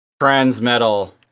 Transmetal